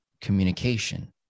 communication